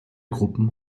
gruppen